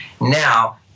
Now